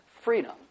freedom